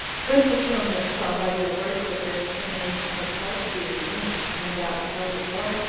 when petronius saw by their words that their determination was hard to be removed, and that, without a war,